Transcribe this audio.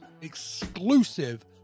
exclusive